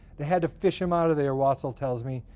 they had to fish him out of there, wassel tells me.